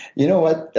you know what?